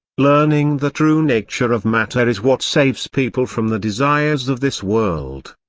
learning the true nature of matter is what saves people from the desires of this world.